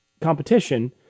competition